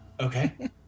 okay